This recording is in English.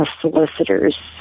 solicitor's